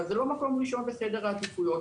אבל זה לא מקום ראשון בסדר העדיפויות.